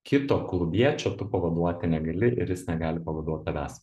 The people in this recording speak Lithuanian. kito klubiečio tu pavaduoti negali ir jis negali pavaduot tavęs